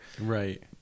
Right